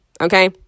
Okay